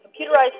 computerized